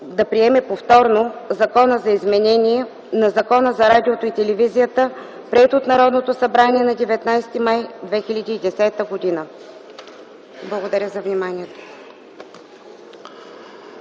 да приеме повторно Закона за изменение на Закона за радиото и телевизията, приет от Народното събрание на 19 май 2010 г.” Благодаря за вниманието.